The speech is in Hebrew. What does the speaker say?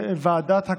בבקשה.